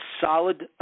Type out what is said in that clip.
solid